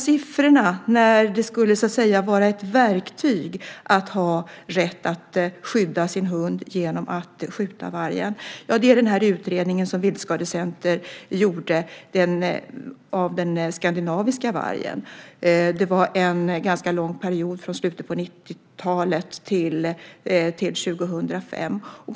Siffrorna om när rätten att skydda sin hund genom att skjuta vargen kan användas som ett verktyg gäller en utredning som Viltskadecenter gjorde om den skandinaviska vargen. Det var en ganska lång period från slutet av 90-talet till 2005.